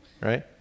right